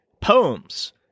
poems